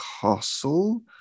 Castle